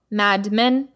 madmen